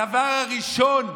הדבר הראשון,